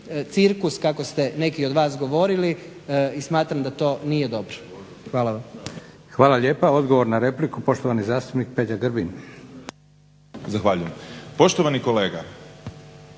cirkus kako ste neki od vas govorili i smatram da to nije dobro. Hvala vam. **Leko, Josip (SDP)** Hvala lijepa. Odgovor na repliku, poštovani zastupnik Peđa Grbin. **Grbin, Peđa (SDP)** Zahvaljujem. Poštovani kolega,